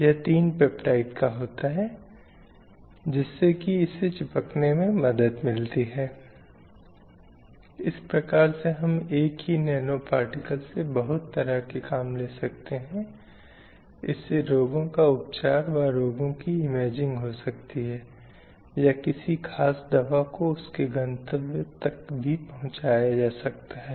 हर समय हम उस मीडिया के संपर्क में हैं जिसकी पूरी आबादी में व्यापक पहुंच है और मीडिया जिस प्रकार वे पुरुषों और महिलाओं की भूमिकाओं को चित्रित करने का प्रयास करते हैं इस तथ्य के संदर्भ में कि वे लाखों लोगों के जीवन को प्रभावित करते हैं और स्पर्श करते हैं उनके दूरगामी परिणाम होते हैं